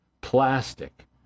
plastic